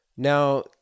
Now